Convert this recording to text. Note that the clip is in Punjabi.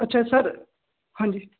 ਅੱਛਾ ਸਰ ਹਾਂਜੀ